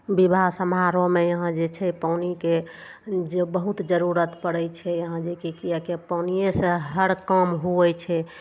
विवाह समारोहमे यहाँ जे छै पानिके जे बहुत जरुरत पड़य छै यहाँ जे कि किएक कि पानियेसँ हर काम हुवै छै